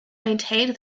maintained